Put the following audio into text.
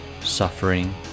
Suffering